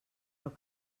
però